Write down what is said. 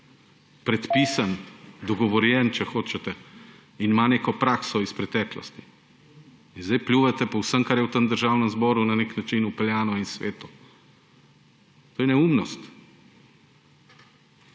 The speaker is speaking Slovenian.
predpisan, dogovorjen, če hočete, in ima neko prakso iz preteklosti. Zdaj pljuvate po vsem, kar je v tem državnem zboru na nek način vpeljano in sveto. To je neumnost.